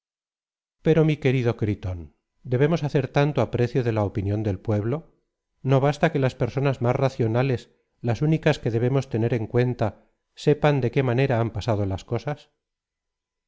pero mi querido gritón debemos hacer tanto aprecio de la opinión del pueblo no basta que las personas más racionales las únicas que debemos tener en cuenta sepan de qué manera han pasado las cosas